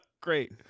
Great